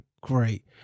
great